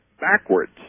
backwards